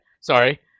sorry